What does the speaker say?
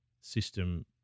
system